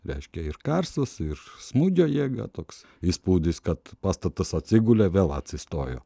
reiškia ir garsas ir smūgio jėga toks įspūdis kad pastatas atsigulė vėl atsistojo